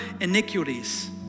iniquities